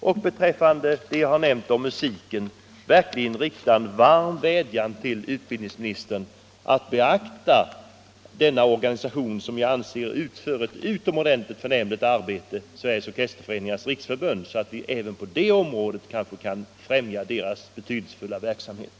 Mot bakgrund av vad jag har anfört om musiken vill jag rikta en varm vädjan till utbildningsministern att beakta det utomordentligt förnämliga arbete som utförs av Sveriges orkesterföreningars riksförbund, så att vi kan främja förbundets betydelsefulla verksamhet.